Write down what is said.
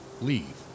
leave